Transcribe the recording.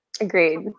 Agreed